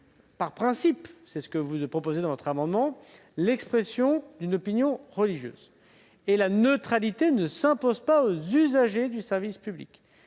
par principe, comme vous le proposez dans cet amendement, de l'expression d'une opinion religieuse. La neutralité ne s'impose pas aux usagers du service public